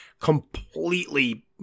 completely